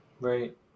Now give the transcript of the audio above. Right